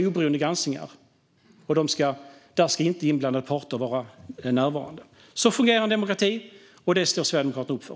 Granskningarna ska vara oberoende, och där ska inte inblandade parter vara närvarande. Så fungerar en demokrati, och det står Sverigedemokraterna upp för.